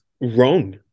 wrong